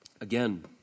Again